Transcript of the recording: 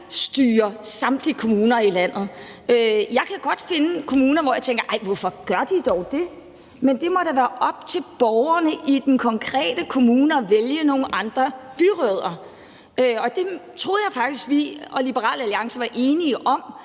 detailstyre samtlige kommuner i landet. Jeg kan godt finde kommuner, hvor jeg tænker: Hvorfor gør de dog det? Men det må da være op til borgerne i den konkrete kommune at vælge nogle andre byrødder. Det troede jeg faktisk at vi og Liberal Alliance var enige om,